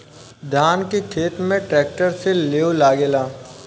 धान के खेत में ट्रैक्टर से लेव लागेला